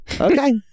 okay